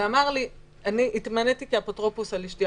ואמר לי: התמניתי כאפוטרופוס על אישתי.